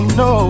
no